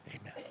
Amen